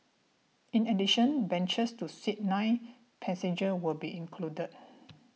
in addition benches to seat nine passengers will be included